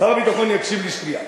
שר הביטחון יקשיב לי שנייה.